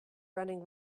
running